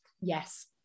yes